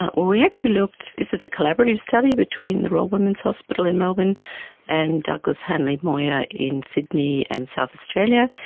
ah we actually looked, this is a collaborative study between the royal women's hospital in melbourne and douglass hanly moir in sydney and south australia,